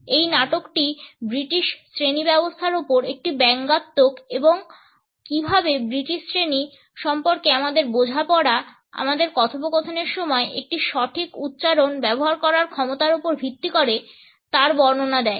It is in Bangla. এই নাটকটি ব্রিটিশ শ্রেণী ব্যবস্থার উপর একটি ব্যঙ্গাত্মক এবং কীভাবে ব্রিটিশ শ্রেণী সম্পর্কে আমাদের বোঝাপড়া আমাদের কথোপকথনের সময় একটি সঠিক উচ্চারণ ব্যবহার করার ক্ষমতার উপর ভিত্তি করে তার বর্ণনা দেয়